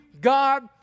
God